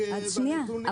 תדייקו נתונים.